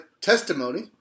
Testimony